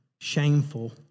shameful